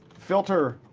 filter.